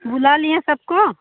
बुला लिए सबको